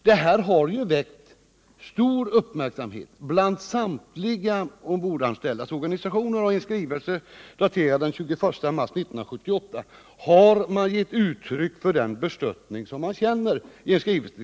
Det här har väckt stor uppmärksamhet bland samtliga ombordanställdas organisationer, och de har i en skrivelse till kommunikationsministern, daterad den 21 mars 1978, givit uttryck för den bestörtning som man känner.